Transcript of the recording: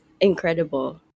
incredible